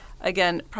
Again